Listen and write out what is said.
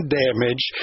damage